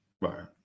right